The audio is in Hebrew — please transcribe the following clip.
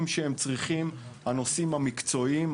שהם צריכים לדעת בנושאים המקצועיים,